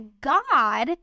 God